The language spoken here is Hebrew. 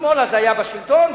השמאל היה אז בשלטון,